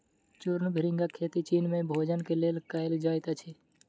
चूर्ण भृंगक खेती चीन में भोजन के लेल कयल जाइत अछि